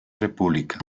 república